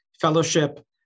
fellowship